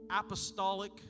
Apostolic